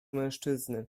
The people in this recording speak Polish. mężczyzny